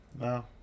No